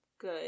good